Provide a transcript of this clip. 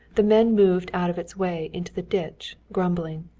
the men moved out of its way into the ditch, grumbling.